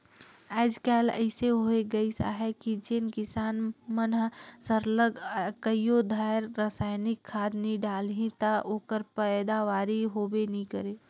आएज काएल अइसे होए गइस अहे कि जेन किसान मन सरलग कइयो धाएर रसइनिक खाद नी डालहीं ता ओकर पएदावारी होबे नी करे